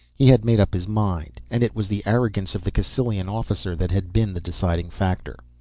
he had made up his mind, and it was the arrogance of the cassylian officer that had been the deciding factor.